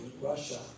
Russia